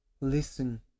listen